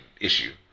issue